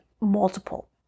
multiple